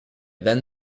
then